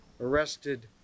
arrested